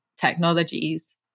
technologies